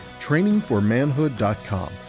TrainingForManhood.com